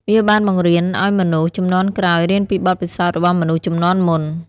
វាបានបង្រៀនឱ្យមនុស្សជំនាន់ក្រោយរៀនពីបទពិសោធន៍របស់មនុស្សជំនាន់មុន។